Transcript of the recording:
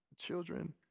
children